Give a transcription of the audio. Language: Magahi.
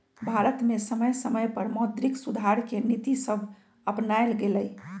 भारत में समय समय पर मौद्रिक सुधार के नीतिसभ अपानाएल गेलइ